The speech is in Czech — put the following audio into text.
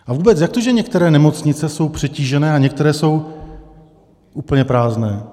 A vůbec, jak to, že některé nemocnice jsou přetížené a některé jsou úplně prázdné?